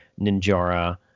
Ninjara